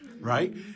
right